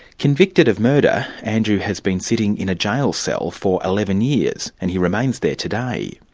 convicted of murder, andrew has been sitting in a jail cell for eleven years and he remains there today.